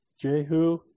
Jehu